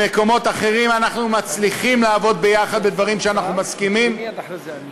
במקומות אחרים אנחנו מצליחים לעבוד ביחד בדברים שאנחנו מסכימים עליהם,